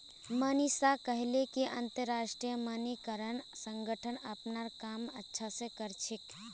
मनीषा कहले कि अंतरराष्ट्रीय मानकीकरण संगठन अपनार काम अच्छा स कर छेक